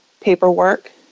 paperwork